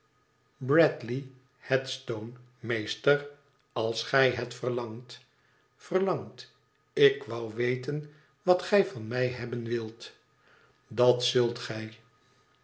bradley headstone meester als gij het verlangt verlangt ik wou weten wat gij van mij hebben wilt f dat zult gij